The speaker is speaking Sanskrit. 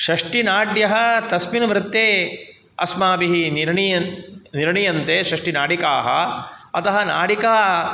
षष्टिनाड्यः तस्मिन् वृत्ते अस्माभिः निर्णीयन्ते षष्टिनाडिकाः अतः नाडिका